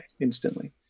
instantly